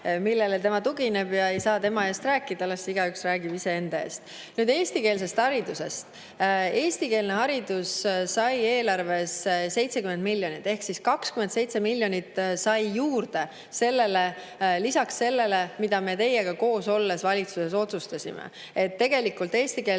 millele tema tugineb, ja ei saa tema eest rääkida, las igaüks räägib iseenda eest. Nüüd eestikeelsest haridusest. Eestikeelne haridus sai eelarvest 70 miljonit eurot ehk 27 miljonit juurde lisaks sellele, mida me teiega koos valitsuses olles otsustasime. Tegelikult me